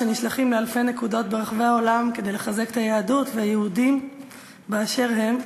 שנשלחים לאלפי נקודות ברחבי העולם כדי לחזק את היהדות והיהודים באשר הם,